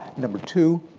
number two,